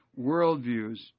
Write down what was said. worldviews